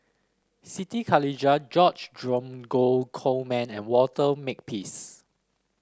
Siti Khalijah George Dromgold Coleman and Walter Makepeace